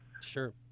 Sure